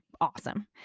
awesome